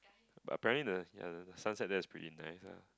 but apparently the ya the sunset there is pretty nice ah